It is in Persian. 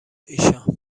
ایشان